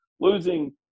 losing –